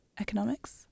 Economics